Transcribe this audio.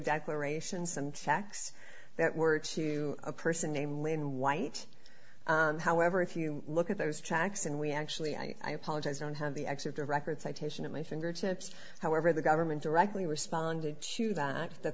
declaration some facts that were to a person named len white however if you look at those tracks and we actually i apologize don't have the excerpt of record citation at my fingertips however the government directly responded to that that